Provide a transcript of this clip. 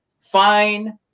fine